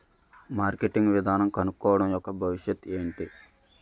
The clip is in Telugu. మార్కెటింగ్ విధానం కనుక్కోవడం యెక్క భవిష్యత్ ఏంటి?